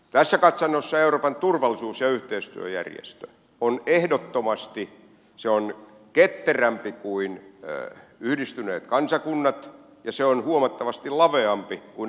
tässä katsannossa euroopan turvallisuus ja yhteistyöjärjestö on ehdottomasti ketterämpi kuin yhdistyneet kansakunnat ja se on huomattavasti laveampi kuin euroopan unioni